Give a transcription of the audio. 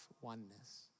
oneness